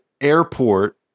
airport